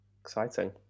Exciting